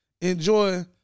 enjoy